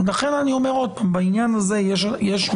לכן אני אומר עוד פעם, בעניין הזה יש מקום